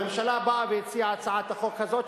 הממשלה באה והציעה את הצעת החוק הזאת,